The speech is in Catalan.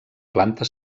planta